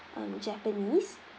um japanese